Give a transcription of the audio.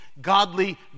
godly